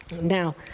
Now